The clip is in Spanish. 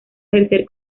ejercer